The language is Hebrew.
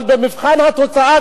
אבל במבחן התוצאה,